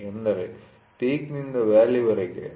ಎಂದರೆ ಪೀಕ್'ನಿಂದ ವ್ಯಾಲಿವರೆಗೆ